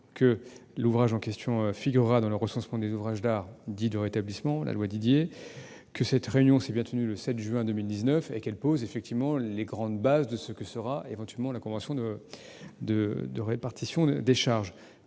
que l'ouvrage en question figurera dans le recensement des ouvrages d'art dits « de rétablissement » en vertu de la loi Didier. Une réunion s'est bien tenue le 7 juin 2019, qui pose les grandes bases de ce que sera éventuellement la convention de répartition des charges.